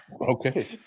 okay